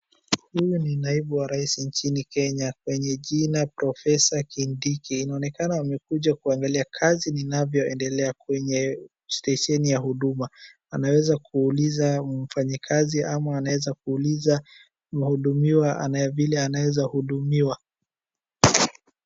Yule ni naibu wa raisi nchini Kenya, mwenye jina profesa Kindiki. Inaonekana wamekuja kuangalia kazi inavyoendelea kwenye stesheni ya huduma. Anaweza kuuliza mfanyikazi, ama anaeza kuuliza mhudumiwa anae, vile anaezahudumiwa.